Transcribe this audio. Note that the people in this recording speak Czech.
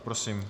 Prosím.